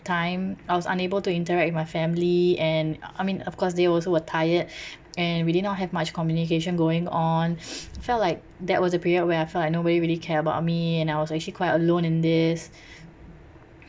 time I was unable to interact with my family and I I mean of course they also were tired and we did not have much communication going on felt like that was a period where I felt like nobody really care about me and I was actually quite alone in this